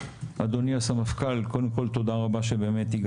אדוני הסמפכ"ל, קודם כול תודה רבה שהגעת.